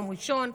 ביום ראשון,